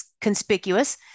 conspicuous